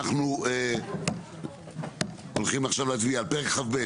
אנחנו הולכים עכשיו להצביע על פרק כ"ב,